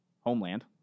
homeland